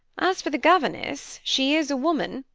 as for the governess, she is a woman,